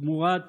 תמורת